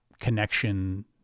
connection